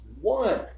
one